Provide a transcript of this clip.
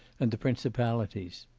and the principalities.